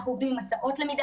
אנחנו עובדים עם השאות למידה,